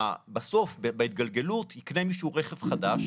בסוף בהתגלגלות יקנה מישהו רכב חדש,